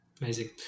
Amazing